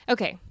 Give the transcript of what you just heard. Okay